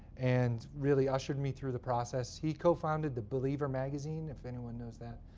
and really ushered me through the process. he co-founded the believer magazine, if anyone knows that.